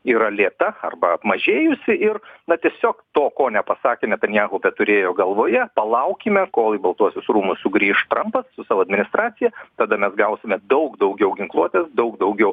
yra lėta arba apmažėjusi ir na tiesiog to ko nepasakė netanjahu bet turėjo galvoje palaukime kol į baltuosius rūmus sugrįš trampas su savo administracija tada mes gausime daug daugiau ginkluotės daug daugiau